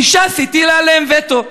כי ש"ס הטילה עליהם וטו.